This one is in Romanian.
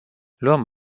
luăm